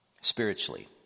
spiritually